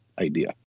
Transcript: idea